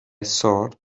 thought